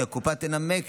כי הקופה תנמק